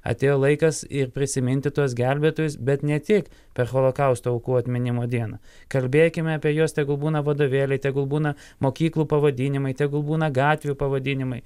atėjo laikas ir prisiminti tuos gelbėtojus bet ne tik per holokausto aukų atminimo dieną kalbėkime apie juos tegul būna vadovėliai tegul būna mokyklų pavadinimai tegul būna gatvių pavadinimai